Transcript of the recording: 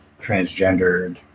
transgendered